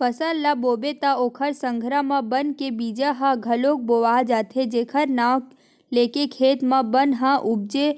फसल ल बोबे त ओखर संघरा म बन के बीजा ह घलोक बोवा जाथे जेखर नांव लेके खेत म बन ह उपजे